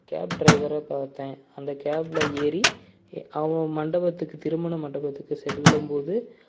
gap ட்ரைவரை பார்த்தேன் அந்த கேபில் ஏறி அவன் மண்டபத்துக்குத் திருமண மண்டபத்துக்குச் செல்லும்போது